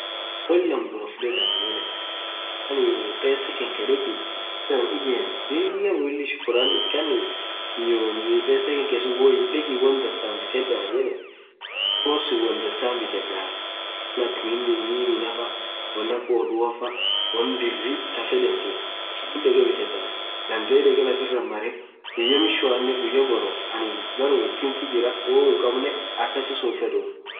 won lamma dhurah fudhedha Annan yedhe yaani pesa khankee dhekhi gardhian ijemmi Lilah mwilii shukurani itkanif hiyoo miii pesa khankee suun woinn dheki bithedh Annan yedhe dheke won suun won dhansaa bithedha won akha mii minaafaa won akha oruafaa won birr thafedhen silah sunn dhekhe bithedhaa dhandhe dhekhe lafiran marrre guyya mwishoanen guyaa borrow anin berrum thinthi jiraah woyyu hinkhamne anin akasisun hinfedhuu